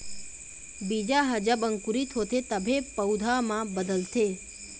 बीजा ह जब अंकुरित होथे तभे पउधा म बदलथे